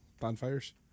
bonfires